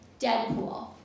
Deadpool